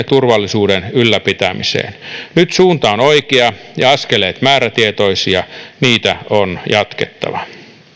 turvallisuuden ylläpitämiseen nyt suunta on oikea ja askeleet määrätietoisia niitä on jatkettava